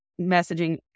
messaging